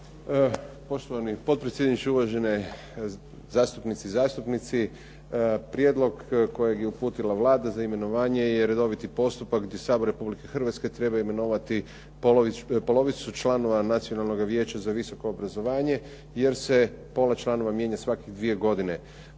Poštovani potpredsjedniče, uvažene zastupnice i zastupnici. Prijedlog kojeg je uputila Vlada za imenovanje je redoviti postupak gdje Sabor Republike Hrvatske treba imenovati polovicu članova Nacionalnoga vijeća za visoko obrazovanje jer se pola članova mijenja svakih dvije godine.